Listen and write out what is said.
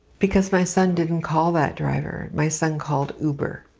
because my son didn't call that driver, my son called uber.